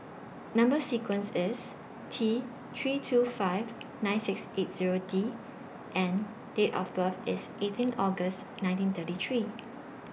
Number sequence IS T three two five nine six eight Zero D and Date of birth IS eighteen August nineteen thirty three